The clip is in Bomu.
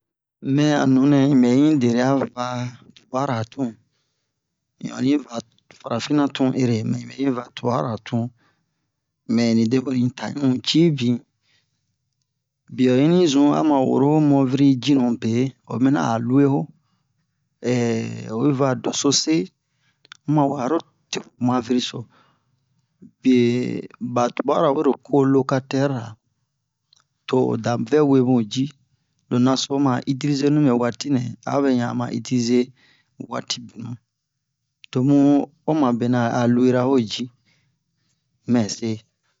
mɛ a nunɛ in ɓɛ in deriya va tuɓara tun in onni va farafinna tun ere mɛ in ɓɛ in va tubara tun mɛ ni deɓenu yi ta un ci bin biye in onni zun ama woro ho mɔviri jinu be oyi mina a o luwe ho oyi va dosose mu mawe aro te ho maviri so be ɓa tuɓara wero kolokatɛrira to o da vɛ we mu ji lo naso ma itilize nibe waati nɛ a obe ɲan ma itilize waati binnu tomu oma bena a luwera ho ji